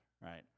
right